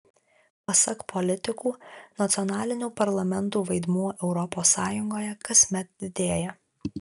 pasak politikų nacionalinių parlamentų vaidmuo europos sąjungoje kasmet didėja